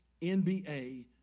NBA